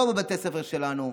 לא בבתי הספר שלנו.